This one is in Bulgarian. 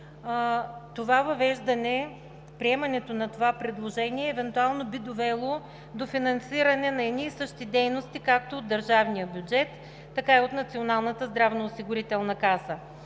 още нещо: приемането на това предложение евентуално би довело до финансиране на едни и същи дейности както от държавния бюджет, така и от Националната здравноосигурителна каса